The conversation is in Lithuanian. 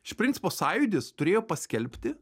iš principo sąjūdis turėjo paskelbti